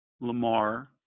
Lamar